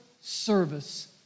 service